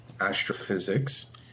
astrophysics